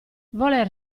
voler